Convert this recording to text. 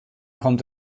kommt